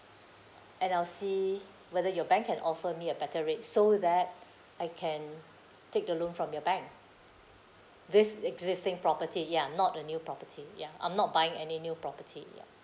and I'll see whether your bank can offer me a better rate so that I can take the loan from your bank this existing property ya not a new property ya I'm not buying any new property ya